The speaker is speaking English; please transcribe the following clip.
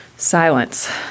Silence